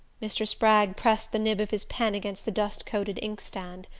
mr. spragg pressed the nib of his pen against the dust-coated inkstand.